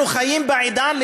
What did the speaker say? אנחנו חיים בעידן שבו,